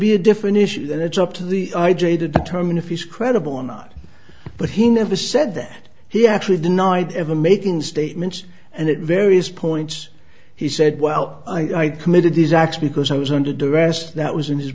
be a different issue then it's up to the i j a to determine if it's credible or not but he never said that he actually denied ever making statements and it various points he said well i committed these acts because i was under duress that was in his